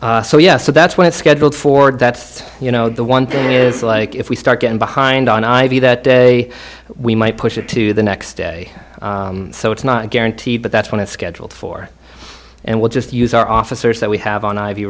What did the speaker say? so yes so that's when it's scheduled for that you know the one thing is like if we start getting behind on i v that day we might push it to the next day so it's not guaranteed but that's when it's scheduled for and we'll just use our officers that we have on i